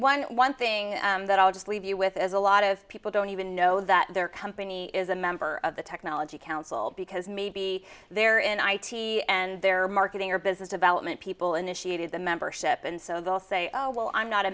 the one thing that i'll just leave you with is a lot of people don't even know that their company is a member of the technology council because maybe they're in i t and their marketing or business development people initiated the membership and so they'll say oh well i'm not a